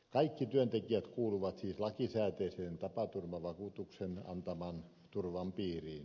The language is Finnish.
kaikki työntekijät kuuluvat siis lakisääteisen tapaturmavakuutuksen antaman turvan piiriin